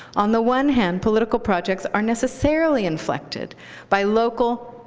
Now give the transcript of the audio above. on the one hand, political projects are necessarily inflected by local,